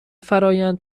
فرایند